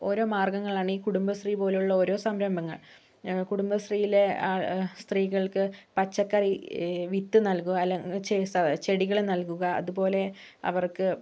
ഓരോ മാർഗ്ഗങ്ങളാണ് ഈ കുടുംബശ്രീ പോലുള്ള ഓരോ സംരംഭങ്ങൾ കുടുംബശ്രീയിലെ ആൾ സ്ത്രീകൾക്ക് പച്ചക്കറി വിത്ത് നൽകുക അല്ലെങ്കിൽ ചെടികൾ നൽകുക അതുപോലെ അവർക്ക്